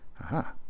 Aha